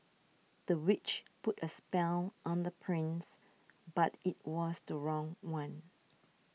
the witch put a spell on the prince but it was the wrong one